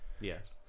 Yes